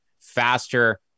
faster